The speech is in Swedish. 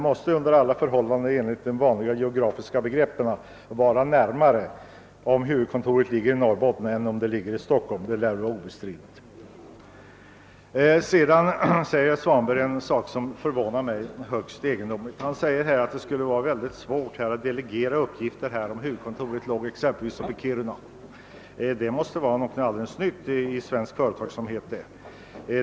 Och enligt vanliga geografiska begrepp måste det blir närmare till huvudkontoret om det ligger i Norrbotten än om det ligger i Stockholm. Sedan sade herr Svanberg något som förvånade mig mycket, nämligen att det skulle bli oerhört svårt att delegera upp gifter, om huvudkontoret förläggs till Kiruna. Det måste vara något helt nytt i svensk företagsamhet.